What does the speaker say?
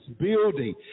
building